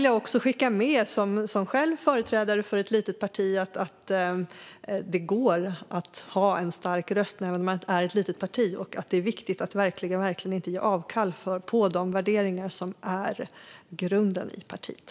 Jag är själv företrädare för ett litet parti och vill skicka med att det går att ha en stark röst, även om man är ett litet parti. Det är viktigt att verkligen inte ge avkall på de värderingar som är grunden i partiet.